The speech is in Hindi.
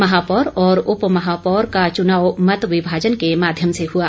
महापौर और उपमहापौर का चुनाव मतविभाजन के माध्यम से हुआ